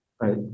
Right